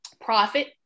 profit